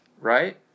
Right